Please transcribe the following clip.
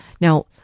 Now